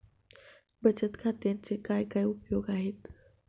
बचत खात्याचे काय काय उपयोग आहेत?